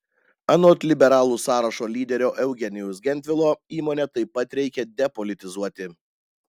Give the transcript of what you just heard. anot liberalų sąrašo lyderio eugenijaus gentvilo įmonę taip pat reikia depolitizuoti